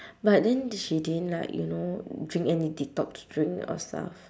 but then di~ she didn't like you know drink any detox drink or stuff